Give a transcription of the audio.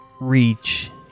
reach